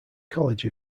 college